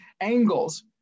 angles